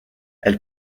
elle